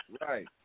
Right